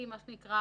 יש ממשלה בישראל,